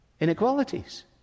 inequalities